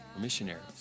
missionaries